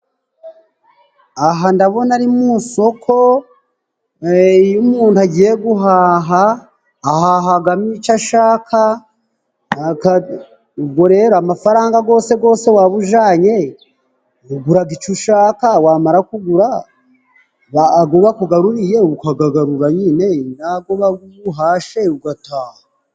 Aha ndabona ari mu soko,e iyo umuntu agiye guhaha, ahahaga mo icyo ashaka, aka ubwo rero amafaranga gose gose waba ujanye uguraga icyo ushaka wamara kugura ago bakugaburiye ukagarura nyine, n'ago uhashe ugataha.